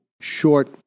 short